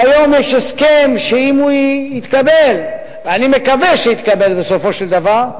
והיום יש הסכם שאם הוא יתקבל ואני מקווה שיתקבל בסופו של דבר,